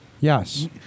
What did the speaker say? Yes